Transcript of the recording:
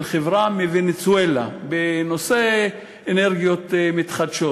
חברה מוונצואלה בנושא אנרגיות מתחדשות.